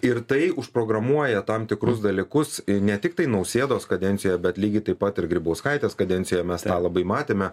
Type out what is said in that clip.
ir tai užprogramuoja tam tikrus dalykus ne tiktai nausėdos kadencijoje bet lygiai taip pat ir grybauskaitės kadencijoje mes tą labai matėme